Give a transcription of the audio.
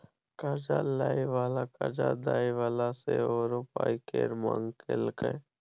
कर्जा लय बला कर्जा दय बला सँ आरो पाइ केर मांग केलकै